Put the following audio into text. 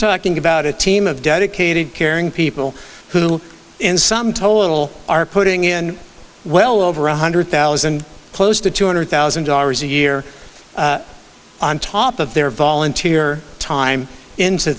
talking about a team of dedicated caring people who in sum total are putting in well over one hundred thousand close to two hundred thousand dollars a year on top of their volunteer time into